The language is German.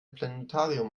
planetarium